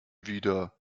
wieder